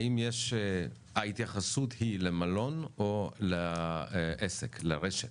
האם ההתייחסות היא למלון או לעסק, לרשת?